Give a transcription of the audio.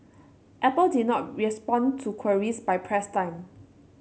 Apple did not respond to queries by press time